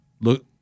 Look